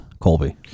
colby